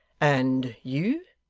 and you